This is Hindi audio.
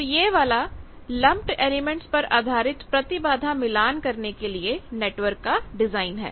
तो यह वाला लम्पड एलिमेंट् पर आधारित प्रतिबाधा मिलान करने के लिए नेटवर्क का डिजाइन है